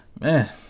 man